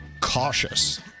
Cautious